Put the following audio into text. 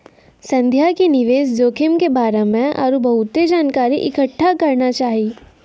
संध्या के निवेश जोखिम के बारे मे आरु बहुते जानकारी इकट्ठा करना चाहियो